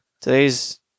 today's